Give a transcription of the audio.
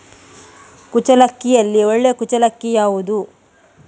ಕುಚ್ಚಲಕ್ಕಿಯಲ್ಲಿ ಒಳ್ಳೆ ಕುಚ್ಚಲಕ್ಕಿ ಯಾವುದು?